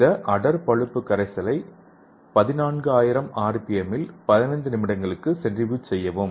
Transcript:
இந்த அடர் பழுப்பு கரைசலை 14000 ஆர்பிஎம்மில் 15 நிமிடங்களுக்கு சென்ட்ரிபியூஜ் செய்யவும்